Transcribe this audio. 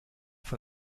von